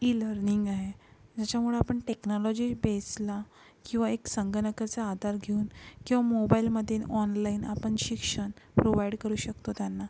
E learning आहे ज्याच्यामुळं आपण टेक्नालॉजी बेसला किंवा एक संगणकाचा आधार घेऊन किंवा मोबाईलमधील ऑनलाईन आपण शिक्षण प्रोवाईड करू शकतो त्यांना